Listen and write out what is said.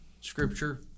scripture